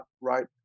right